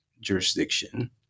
jurisdiction